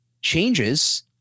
changes